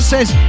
says